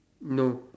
no